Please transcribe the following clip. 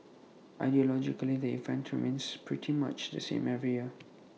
ideologically the event remains pretty much the same every year